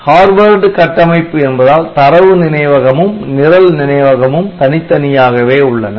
Harvard கட்டமைப்பு என்பதால் தரவு நினைவகமும் நிரல் நினைவகமும் தனித்தனியாகவே உள்ளன